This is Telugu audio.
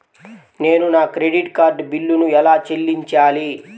నేను నా క్రెడిట్ కార్డ్ బిల్లును ఎలా చెల్లించాలీ?